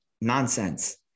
nonsense